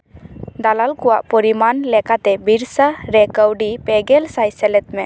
ᱫᱟᱞᱟᱞ ᱠᱚᱣᱟᱜ ᱯᱚᱨᱤᱢᱟᱱ ᱞᱮᱠᱟᱛᱮ ᱵᱤᱨᱥᱟ ᱨᱮ ᱠᱟᱹᱣᱰᱤ ᱯᱮᱜᱮᱞ ᱥᱟᱭ ᱥᱮᱞᱮᱫ ᱢᱮ